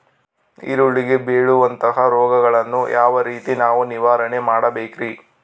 ಈರುಳ್ಳಿಗೆ ಬೇಳುವಂತಹ ರೋಗಗಳನ್ನು ಯಾವ ರೇತಿ ನಾವು ನಿವಾರಣೆ ಮಾಡಬೇಕ್ರಿ?